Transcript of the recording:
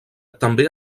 també